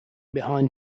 behind